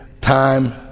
time